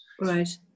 Right